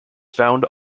found